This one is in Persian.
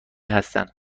هستند